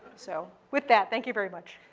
so with that, thank you very much.